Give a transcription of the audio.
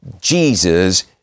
Jesus